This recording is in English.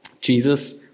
Jesus